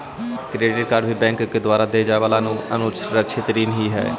credit card भी bank के द्वारा देवे जाए वाला असुरक्षित ऋण ही हइ